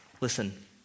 listen